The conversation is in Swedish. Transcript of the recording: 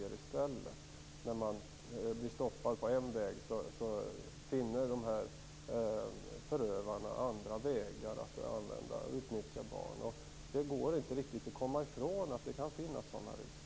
När dessa förövare blir stoppad på en väg finner de andra vägar att utnyttja barn. Det går inte att komma ifrån att det finns sådana risker.